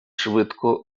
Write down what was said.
швидко